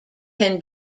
can